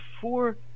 four